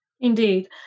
Indeed